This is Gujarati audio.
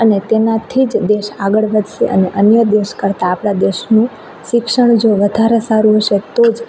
અને તેનાથી જ દેશ આગળ વધશે અને અન્ય દેશ કરતાં આપણા દેશનું શિક્ષણ જો વધારે સારું હશે તો જ